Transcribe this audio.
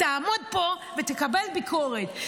תעמוד פה ותקבל ביקורת,